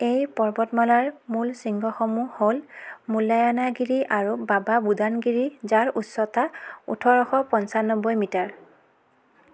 এই পৰ্বতমালাৰ মূল শৃংগসমূহ হ'ল মুল্লায়নাগিৰি আৰু বাবা বুদানগিৰি যাৰ উচ্চতা ওঠৰশ পঁচান্নব্বৈ মিটাৰ